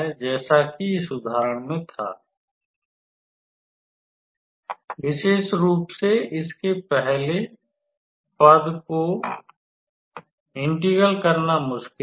जैसा कि इस उदाहरण में था विशेष रूप से इसके पहले पद को इंटीग्रल करना मुश्किल है